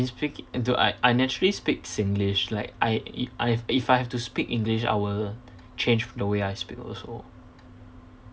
speaki~ dude I I naturally speak singlish like I I've if I had to speak english I will change the way I speak also